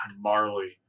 Marley